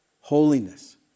holiness